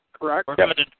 correct